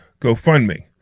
GoFundMe